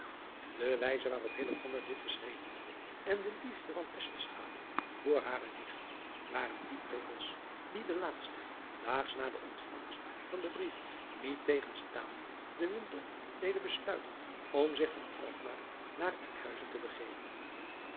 e wijze waarop dit geschreven had en de liefde van voor hare nicht waren die prikkels die de laatste daags na de ontvangst van den brief niettegenstaande den winter deden besluiten om zich van lkmaar naar nkhuizen te begeven